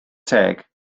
teg